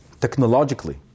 technologically